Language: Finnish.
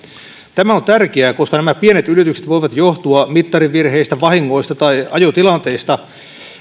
tämä on tärkeää koska nämä pienet ylitykset voivat johtua mittarivirheistä vahingoista tai ajotilanteista